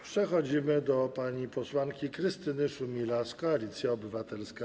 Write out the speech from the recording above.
Przechodzimy do pani posłanki Krystyny Szumilas, Koalicja Obywatelska.